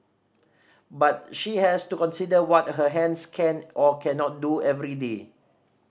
but she has to consider what her hands can or cannot do every day